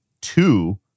two